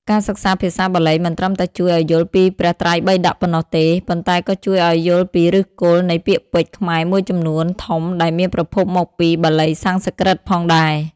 ការសិក្សាភាសាបាលីមិនត្រឹមតែជួយឲ្យយល់ពីព្រះត្រៃបិដកប៉ុណ្ណោះទេ ប៉ុន្តែក៏ជួយឲ្យយល់ពីឫសគល់នៃពាក្យពេចន៍ខ្មែរមួយចំនួនធំដែលមានប្រភពមកពីបាលីសំស្ក្រឹតផងដែរ។